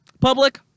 public